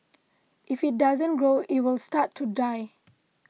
if it doesn't grow it will start to die